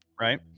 right